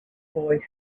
boy